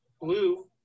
blue